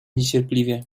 niecierpliwie